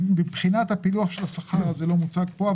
הפילוח של השכר לא מוצג פה,